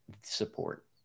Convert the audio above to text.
support